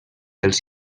els